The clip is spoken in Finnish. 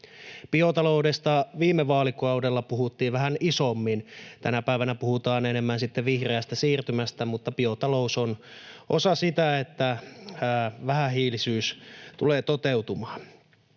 Biotaloudesta viime vaalikaudella puhuttiin vähän isommin. Tänä päivänä puhutaan enemmän sitten vihreästä siirtymästä, mutta biotalous on osa sitä, että vähähiilisyys tulee toteutumaan,